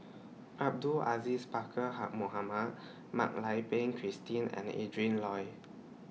Abdul Aziz Pakkeer Ha Mohamed Mak Lai Peng Christine and Adrin Loi